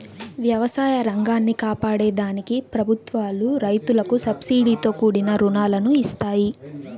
వ్యవసాయ రంగాన్ని కాపాడే దానికి ప్రభుత్వాలు రైతులకు సబ్సీడితో కూడిన రుణాలను ఇస్తాయి